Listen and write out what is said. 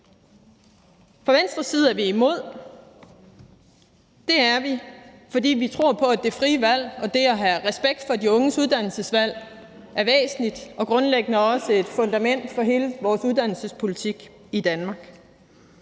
Fra Venstres side er vi imod, og det er vi, fordi vi tror på, at det frie valg og det at have respekt for de unges uddannelsesvalg er væsentligt og grundlæggende også et fundament for hele vores uddannelsespolitik i Danmark.